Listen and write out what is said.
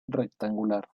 rectangular